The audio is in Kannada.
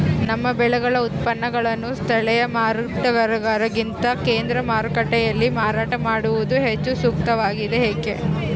ನಮ್ಮ ಬೆಳೆಗಳ ಉತ್ಪನ್ನಗಳನ್ನು ಸ್ಥಳೇಯ ಮಾರಾಟಗಾರರಿಗಿಂತ ಕೇಂದ್ರ ಮಾರುಕಟ್ಟೆಯಲ್ಲಿ ಮಾರಾಟ ಮಾಡುವುದು ಹೆಚ್ಚು ಸೂಕ್ತವಾಗಿದೆ, ಏಕೆ?